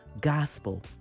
gospel